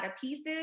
pieces